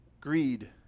Greed